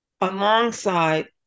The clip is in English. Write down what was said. alongside